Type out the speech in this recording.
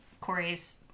Corey's